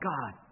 God